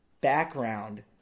background